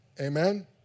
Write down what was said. Amen